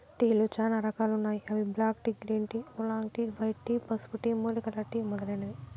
టీలు చానా రకాలు ఉన్నాయి అవి black tea, green tea, oolong tea, white tea, పసుపు టీ, మూలికల టీ మొదలైనవి